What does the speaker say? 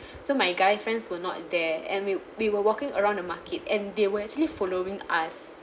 so my guy friends were not there and we we were walking around the market and they were actually following us